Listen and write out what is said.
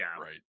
Right